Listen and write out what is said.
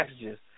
messages